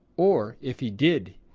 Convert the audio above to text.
or, if he did,